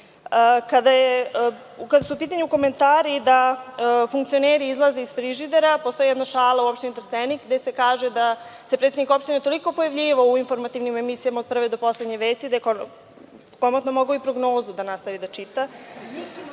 su u pitanju komentari da funkcioneri izlaze iz frižidera, postoji jedna šala u opštini Trstenik gde se kaže da se predsednik opštine toliko pojavljivao u informativnim emisijama od prve do poslednje vesti da je komotno mogao i prognozu da nastavi da